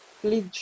please